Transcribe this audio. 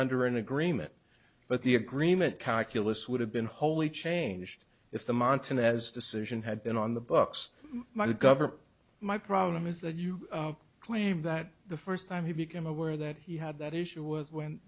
under an agreement but the agreement calculus would have been wholly changed if the mountain as decision had been on the books my governor my problem is that you claim that the first time he became aware that he had that issue was when